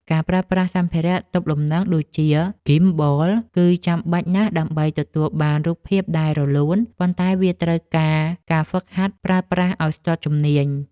ការប្រើប្រាស់សម្ភារៈទប់លំនឹងដូចជា ហ្គីមបល គឺចាំបាច់ណាស់ដើម្បីទទួលបានរូបភាពដែលរលូន ប៉ុន្តែវាត្រូវការការហ្វឹកហាត់ប្រើប្រាស់ឱ្យស្ទាត់ជំនាញ។